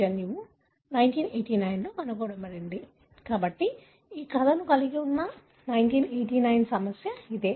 కాబట్టి ఈ కథను కలిగి ఉన్న 1989 సమస్య ఇదే